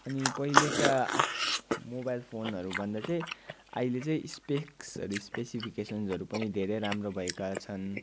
अनि पहिलेका मोबाइल फोनहरूभन्दा चाहिँ अहिले चाहिँ स्पेक्सहरू स्पेसिफिकेसनहरू पनि धेरै राम्रो भएका छन्